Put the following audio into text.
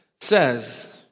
says